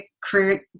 create